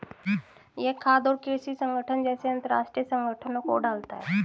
यह खाद्य और कृषि संगठन जैसे अंतरराष्ट्रीय संगठनों को डालता है